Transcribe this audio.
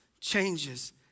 changes